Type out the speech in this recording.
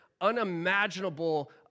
unimaginable